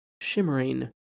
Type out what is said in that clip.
shimmering